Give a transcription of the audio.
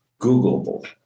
Googleable